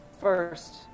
first